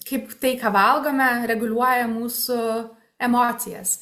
kaip tai ką valgome reguliuoja mūsų emocijas